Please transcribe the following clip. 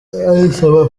ndayisaba